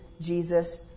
Jesus